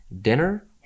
dinner